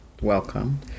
welcome